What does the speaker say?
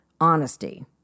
honesty